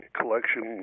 collection